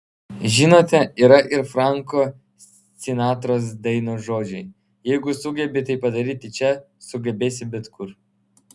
žinote yra ir franko sinatros dainos žodžiai jeigu sugebi tai padaryti čia sugebėsi bet kur